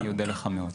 אני אודה לך מאוד.